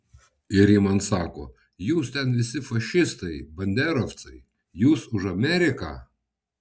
ir ji man sako jūs ten visi fašistai banderovcai jūs už ameriką